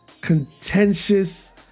contentious